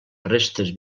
restes